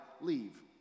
leave